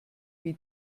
wie